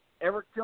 Eric